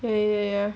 ya ya ya